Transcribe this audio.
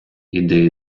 ідеї